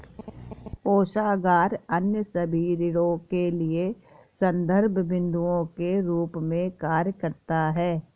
कोषागार अन्य सभी ऋणों के लिए संदर्भ बिन्दु के रूप में कार्य करता है